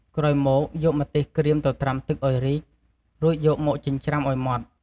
ក្រោយមកយកម្ទេសក្រៀមទៅត្រាំទឹកឱ្យរីក រួចយកមកចិញ្ច្រាំឱ្យម៉ដ្ឋ។